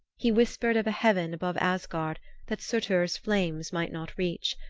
he whispered of a heaven above asgard that surtur's flames might not reach,